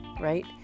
right